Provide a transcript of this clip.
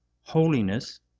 holiness